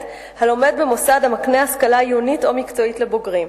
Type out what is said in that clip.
הלומד במוסד המקנה השכלה עיונית או מקצועית לבוגרים.